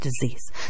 disease